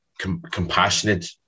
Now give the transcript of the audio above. compassionate